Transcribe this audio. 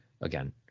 Again